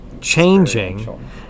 changing